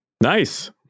nice